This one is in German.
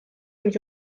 und